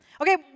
Okay